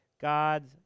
God